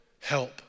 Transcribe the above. help